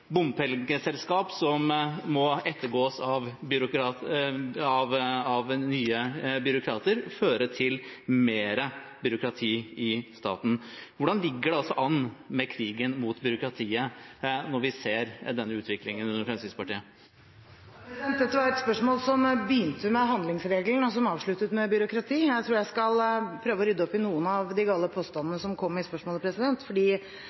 bompengeselskap som må ettergås av nye byråkrater, føre til mer byråkrati i staten. Hvordan ligger det an med krigen mot byråkratiet når vi ser denne utviklingen under Fremskrittspartiet? Dette er et spørsmål som begynte med handlingsregelen, og som avsluttes med byråkrati. Jeg tror jeg skal prøve å rydde opp i noen av de